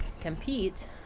compete